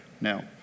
Now